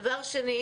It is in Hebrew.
דבר שני,